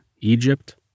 Egypt